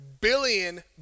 billion